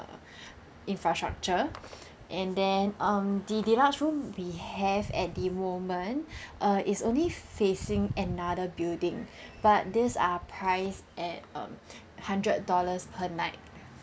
infrastructure and then um the deluxe room we have at the moment uh it's only facing another building but these are price at um hundred dollars per night